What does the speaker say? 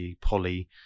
polly